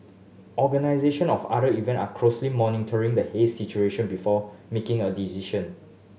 organization of other event are closely monitoring the haze situation before making a decision